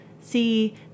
see